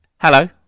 Hello